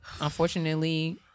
unfortunately